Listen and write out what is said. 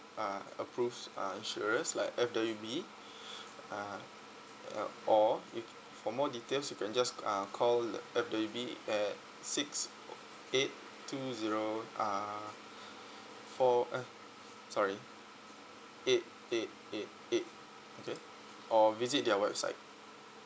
uh approves uh insurers like F_W_D uh uh or for more details you can just uh call F_W_D at six eight two zero uh four uh sorry eight eight eight eight or visit their website